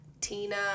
Tina